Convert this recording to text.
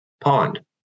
pond